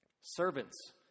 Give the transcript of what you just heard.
servants